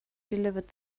delivered